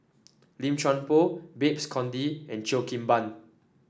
Lim Chuan Poh Babes Conde and Cheo Kim Ban